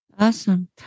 Awesome